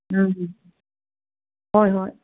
ꯎꯝ ꯍꯣꯏ ꯍꯣꯏ